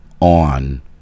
on